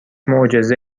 معجزه